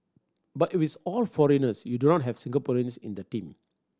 but if it's all foreigners you do not have Singaporeans in the team